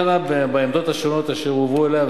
דנה בעמדות השונות אשר הובאו אליה,